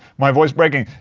my voice breaking.